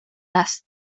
raz